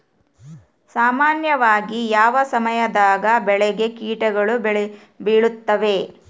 ಸಾಮಾನ್ಯವಾಗಿ ಯಾವ ಸಮಯದಾಗ ಬೆಳೆಗೆ ಕೇಟಗಳು ಬೇಳುತ್ತವೆ?